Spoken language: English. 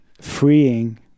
freeing